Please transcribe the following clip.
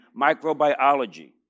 microbiology